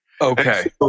Okay